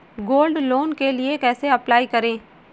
Gold loan के लिए कैसे अप्लाई करें?